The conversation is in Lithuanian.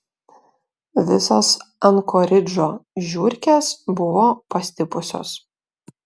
visos ankoridžo žiurkės buvo pastipusios